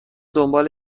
دنبال